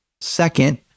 Second